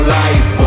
life